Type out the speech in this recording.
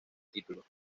título